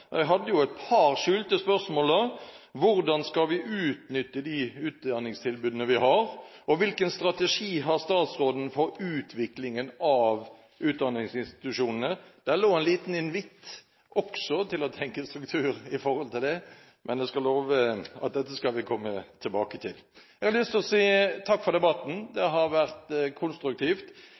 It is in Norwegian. Jeg hadde jo et par skjulte spørsmål: Hvordan skal vi utnytte de utdanningstilbudene vi har? Og hvilken strategi har statsråden for utviklingen av utdanningsinstitusjonene? Det lå en liten invitt der til også å tenke struktur i forhold til det, men jeg skal love at dette skal vi komme tilbake til. Jeg har lyst til å si takk for debatten. Den har vært